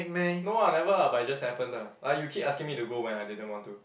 no ah never ah but it just happened lah like you keep asking me to go when I didn't want to